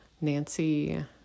Nancy